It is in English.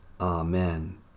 Amen